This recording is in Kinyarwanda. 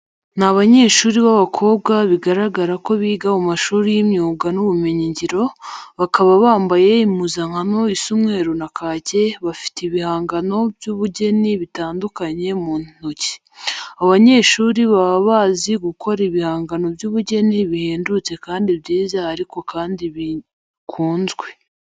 Ni abanyehuri b'abakobwa bigaragara ko biga mu mashuri y'imyuga n'ubumenyingiro, bakaba bambaye impuzankano isa umweru na kake, bafite ibihangano by'ubugeni bitandukanye mu ntiko. Aba banyeshuri baba bazi gukora ibihangano by'ubugeni bihendutse kandi byiza ariko kandi bikunzwe.